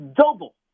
double